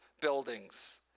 buildings